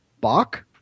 Bach